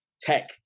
tech